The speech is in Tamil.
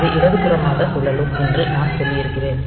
இது இடதுபுறமாக சுழலும் என்று நான் சொல்லியிருக்கிறேன்